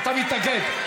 אתה מתנגד?